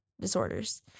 disorders